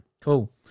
Cool